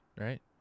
Right